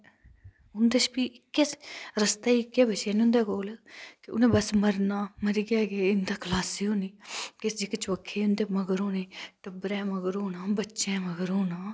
उन्दै शा फ्ही इक्कै रस्ता गै इक्कै बचेआ उन्दै कोल कि उनें बस मरना मरियै गै इन्दै शा खलासी होनी किश जेह्के चबक्के उन्दै मगर होने टब्बरै मगर होना बच्चें मगर होना